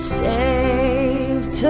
saved